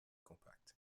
compacts